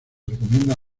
recomienda